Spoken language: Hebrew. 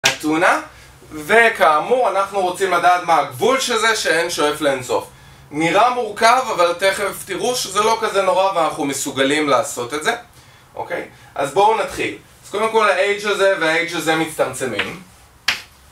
אתונה. וכאמור אנחנו רוצים לדעת מה הגבול של זה שN שואף לאינסוף. נראה מורכב אבל תכף תראו שזה לא כזה נורא ואנחנו מסוגלים לעשות את זה, אוקיי? אז בואו נתחיל אז קודם כל הH הזה והH הזה מצטמצמים